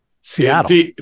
Seattle